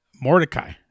Mordecai